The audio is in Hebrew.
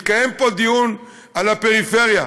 מתקיים פה דיון על הפריפריה,